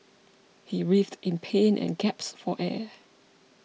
he writhed in pain and gasped for air